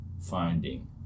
finding